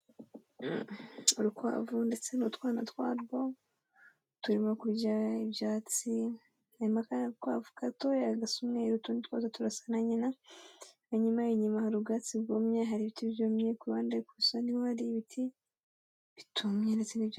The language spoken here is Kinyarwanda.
Urukwavu ndetse n'utwana twarwo, turimo kurya ibyatsi, harimo akandi gakwavu gatoya gasa umweru utundi twose turasa na nyina, hanyuma inyuma hari ubwatsi bwumye hari ibiti byumye ku ruhande gusa ni ho hari ibiti bitumye ndetse n'ibya.